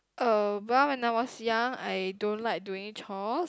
uh well when I was young I don't like doing chores